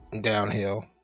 downhill